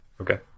Okay